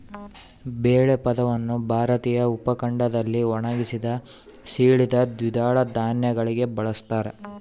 ಬೇಳೆ ಪದವನ್ನು ಭಾರತೀಯ ಉಪಖಂಡದಲ್ಲಿ ಒಣಗಿಸಿದ, ಸೀಳಿದ ದ್ವಿದಳ ಧಾನ್ಯಗಳಿಗೆ ಬಳಸ್ತಾರ